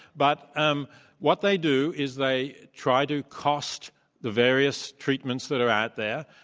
but um what they do is, they try to cost the various treatments that are out there,